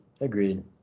Agreed